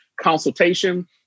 consultation